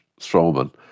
Strowman